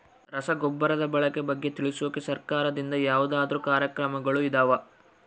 ರಸಗೊಬ್ಬರದ ಬಳಕೆ ಬಗ್ಗೆ ತಿಳಿಸೊಕೆ ಸರಕಾರದಿಂದ ಯಾವದಾದ್ರು ಕಾರ್ಯಕ್ರಮಗಳು ಇದಾವ?